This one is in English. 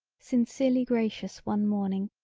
sincerely gracious one morning,